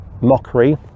mockery